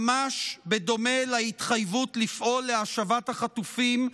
ממש בדומה להתחייבות לפעול להשבת החטופים,